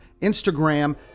Instagram